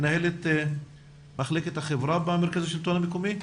מנהלת מחלקת החברה במרכז השלטון המקומי.